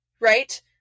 right